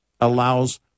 allows